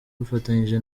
dufatanyije